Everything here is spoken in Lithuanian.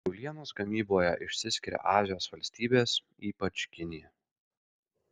kiaulienos gamyboje išsiskiria azijos valstybės ypač kinija